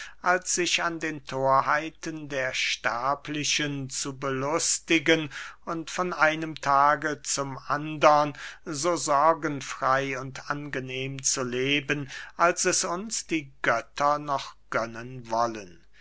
als sich an den thorheiten der sterblichen zu belustigen und von einem tage zum andern so sorgenfrey und angenehm zu leben als es uns die götter noch gönnen wollen